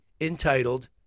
entitled